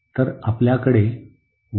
तर आपल्याकडे आहे